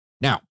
Now